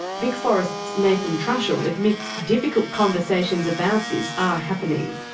vicforests' nathan trushell admits difficult conversations about this are happening.